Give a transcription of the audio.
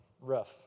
rough